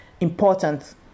important